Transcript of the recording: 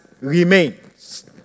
remains